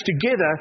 together